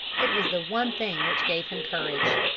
it was the one thing which gave him courage.